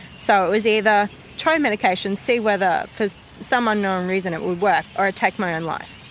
so it was either try medication, see whether for some unknown reason it would work, or take my own life.